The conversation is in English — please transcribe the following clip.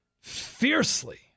Fiercely